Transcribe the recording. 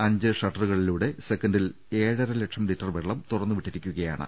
അഞ്ച് ഷട്ട റുകളിലൂടെ സെക്കന്റിൽ ഏഴരലക്ഷം ലിറ്റർ വെള്ളം തുറന്നുവിട്ടിരിക്കുകയാണ്